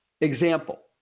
example